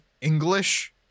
English